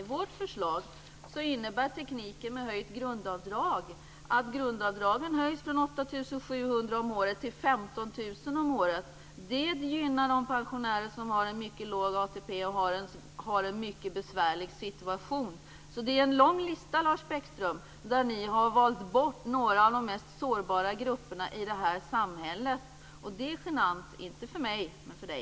I vårt förslag innebär tekniken med höjt grundavdrag en höjning från 8 700 kr om året till 15 000 kr om året. Det gynnar de pensionärer som har mycket låg ATP och som har en mycket besvärlig situation. Det är alltså fråga om en lång lista, Lars Bäckström. Ni har där valt bort några av de mest sårbara grupperna i samhället. Detta är genant - inte för mig utan för dig.